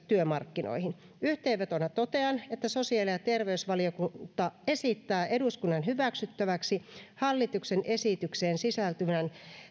työmarkkinoihin yhteenvetona totean että sosiaali ja terveysvaliokunta esittää eduskunnan hyväksyttäväksi hallituksen esitykseen sisältyvän